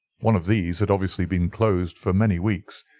one of these had obviously been closed for many weeks.